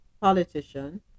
politician